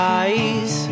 eyes